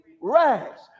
rags